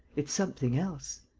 it's something else.